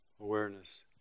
awareness